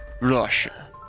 Russia